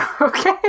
Okay